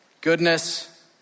Goodness